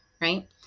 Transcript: right